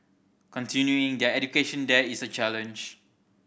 continuing their education there is a challenge